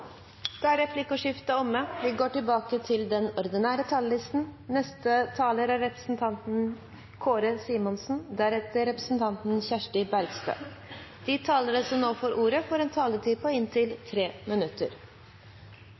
Da er replikkordskiftet over. De talere som heretter får ordet, har en taletid på inntil 3 minutter.